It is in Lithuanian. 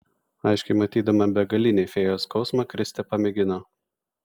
aiškiai matydama begalinį fėjos skausmą kristė pamėgino